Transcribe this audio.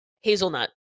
hazelnut